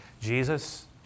Jesus